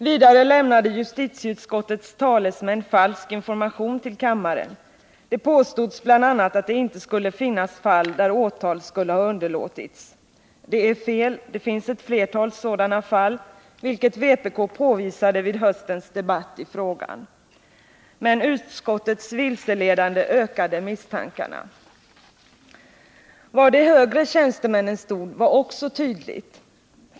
Vidare lämnade justitieutskottets talesmän falsk information till kammaren. Det påstods bl.a. att det inte skulle finnas fall där åtal skulle ha underlåtits. Det är fel, det finns flera sådana fall, vilket vpk påvisade vid höstens debatt i frågan. Men utskottets vilseledande uppgifter ökade misstankarna. Var de högre tjänstemännen stod var också tydligt.